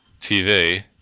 TV